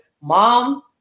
mom